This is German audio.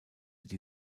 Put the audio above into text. die